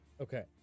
okay